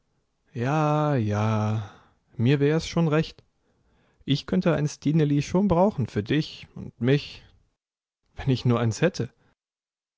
ja ja mir wär es schon recht ich könnte ein stineli schon brauchen für dich und mich wenn ich nur eins hätte